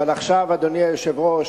אבל עכשיו, אדוני היושב-ראש,